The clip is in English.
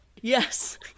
Yes